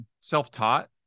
Self-taught